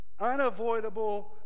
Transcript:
unavoidable